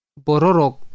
Bororok